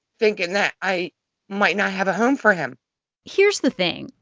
thinking that i might not have a home for him here's the thing.